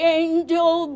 angel